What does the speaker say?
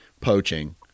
poaching